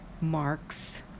marks